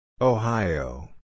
Ohio